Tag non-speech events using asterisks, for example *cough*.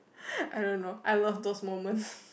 *laughs* I don't know I love those moments *breath*